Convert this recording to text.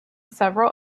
several